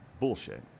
bullshit